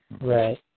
Right